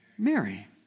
Mary